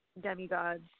demigods